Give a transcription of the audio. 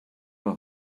know